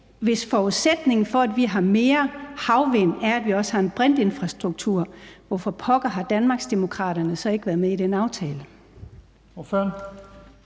hvis forudsætningen for, at vi har flere havvindmøller, er, at vi også har en brintinfrastruktur, hvorfor pokker har Danmarksdemokraterne så ikke været med i den aftale?